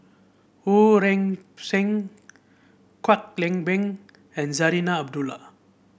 Wu Ling Seng Kwek Leng Beng and Zarinah Abdullah